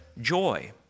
joy